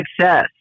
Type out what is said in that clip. success